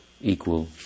equal